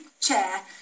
Chair